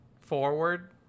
forward